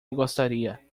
gostaria